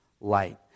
light